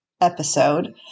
episode